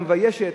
המביישת,